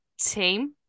team